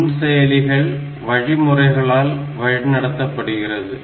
நுண்செயலிகள் வழிமுறைகளால் வழி நடத்தப்படுகிறது